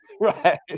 Right